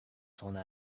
sona